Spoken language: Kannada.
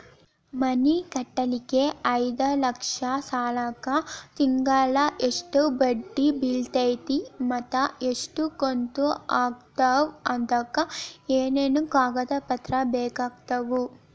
ಮನಿ ಕಟ್ಟಲಿಕ್ಕೆ ಐದ ಲಕ್ಷ ಸಾಲಕ್ಕ ತಿಂಗಳಾ ಎಷ್ಟ ಬಡ್ಡಿ ಬಿಳ್ತೈತಿ ಮತ್ತ ಎಷ್ಟ ಕಂತು ಆಗ್ತಾವ್ ಅದಕ ಏನೇನು ಕಾಗದ ಪತ್ರ ಬೇಕಾಗ್ತವು?